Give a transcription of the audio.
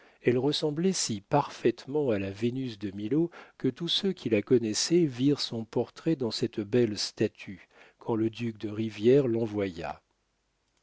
elle ressemblait si parfaitement à la vénus de milo que tous ceux qui la connaissaient virent son portrait dans cette belle statue quand le duc de rivière l'envoya